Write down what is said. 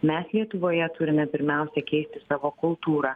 mes lietuvoje turime pirmiausia keisti savo kultūrą